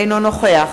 אינו נוכח